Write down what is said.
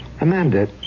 Amanda